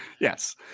yes